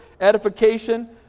edification